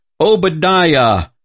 Obadiah